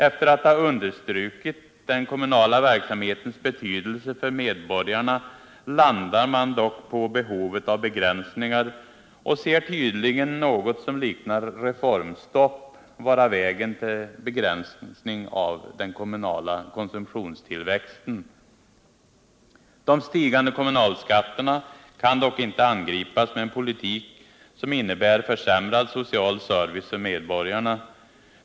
Efter att ha understrukit den kommunala verksamhetens betydelse för medborgarna landar man dock på behovet av begränsningar och ser tydligen något som liknar reformstopp vara vägen till begränsning av den kommunala konsumtionstillväxten. De stigande kommunalskatterna kan dock inte angripas med en politik som innebär försämrad social service för medborgarna.